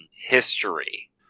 history